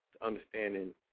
understanding